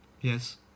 Yes